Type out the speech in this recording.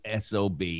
SOB